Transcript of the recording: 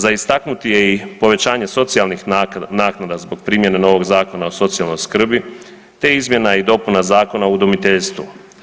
Za istaknuti je i povećanje socijalnih naknada zbog primjene novog Zakona o socijalnog skrbi, te izmjena i dopuna Zakona o udomiteljstvu.